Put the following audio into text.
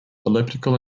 elliptical